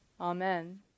Amen